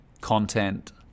content